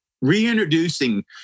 reintroducing